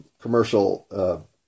commercial